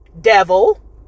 devil